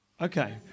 Okay